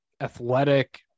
athletic